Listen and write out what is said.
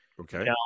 Okay